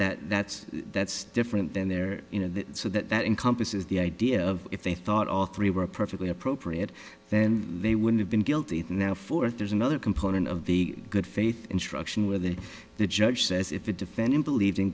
that that's that's different than their you know that so that that encompasses the idea of if they thought all three were perfectly appropriate then they would have been guilty now fourth there's another component of the good faith instruction within the judge says if the defendant believed in